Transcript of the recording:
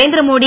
Narendra Modi